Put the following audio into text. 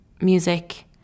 music